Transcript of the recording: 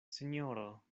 sinjoro